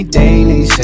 daily